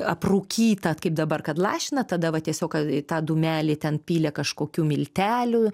aprūkyta kaip dabar kad lašina tada va tiesiog tą dūmelį ten pylė kažkokių miltelių